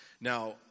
Now